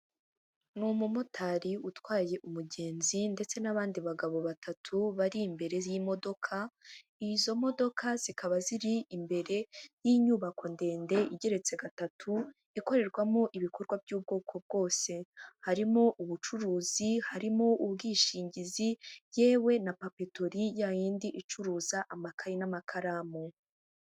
Ni umumotari utwaye umugenzi ndetse n'abandi bagabo batatu bari imbere y'imodoka, izo modoka zikaba ziri imbere y'inyubako ndende igeretse gatatu ikorerwamo ibikorwa by'ubwoko bwose; harimo ubucuruzi, harimo ubwishingizi, yewe na papetori ya yindi icuruza amakaye n'amakaramu.